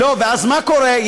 לא, ואז מה קורה?